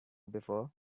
before